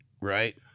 Right